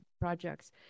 projects